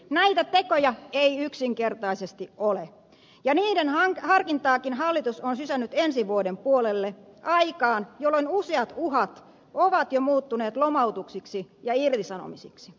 näitä tekoja ei yksinkertaisesti ole ja niiden harkintaakin hallitus on sysännyt ensi vuoden puolelle aikaan jolloin useat uhat ovat jo muuttuneet lomautuksiksi ja irtisanomisiksi